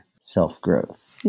self-growth